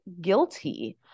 guilty